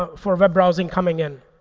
ah for web browsing coming in.